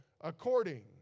According